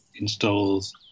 installs